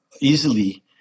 easily